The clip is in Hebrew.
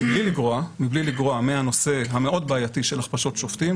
מבלי לגרוע מהנושא המאוד בעייתי של הכפשות שופטים,